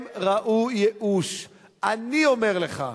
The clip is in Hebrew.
הם ראו ייאוש, אני אומר לך.